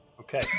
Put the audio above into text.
Okay